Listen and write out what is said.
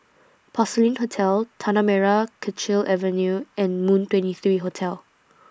Porcelain Hotel Tanah Merah Kechil Avenue and Moon twenty three Hotel